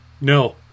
No